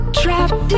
trapped